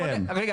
רגע,